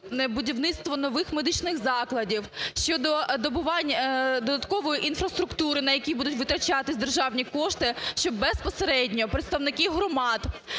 будівництва нових медичних закладів, щодо добувань додаткової інфраструктури, на які будуть витрачатись державні кошти, щоб безпосередньо представники громад